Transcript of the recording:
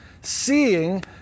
seeing